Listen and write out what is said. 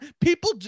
people